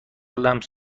لمس